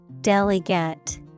Delegate